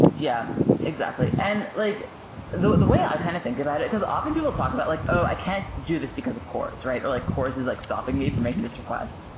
yeah, exactly. and like the the way i kind of think about it, because often people talk about, like oh! i can't do this because of cors, or like cors is like stopping me from making this request.